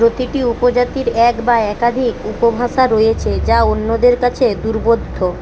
প্রতিটি উপজাতির এক বা একাধিক উপভাষা রয়েছে যা অন্যদের কাছে দুর্বোধ্য